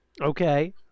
Okay